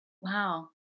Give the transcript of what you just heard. Wow